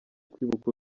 kwibuka